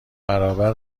برابر